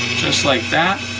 just like that.